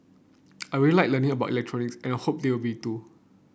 I really like learning about electronics and I hope they will too